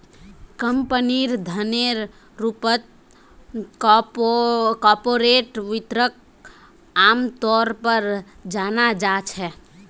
कम्पनीर धनेर रूपत कार्पोरेट वित्तक आमतौर पर जाना जा छे